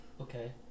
Okay